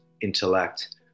intellect